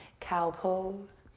cow pose.